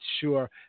sure